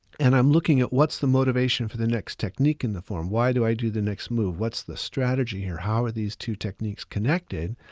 and i'm looking at what's the motivation for the next technique in the form, why do i do the next move? what's the strategy here? how are these two techniques connected?